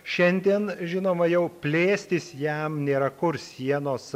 šiandien žinoma jau plėstis jam nėra kur sienos